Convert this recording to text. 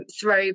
throw